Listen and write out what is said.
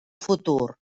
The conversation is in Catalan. futur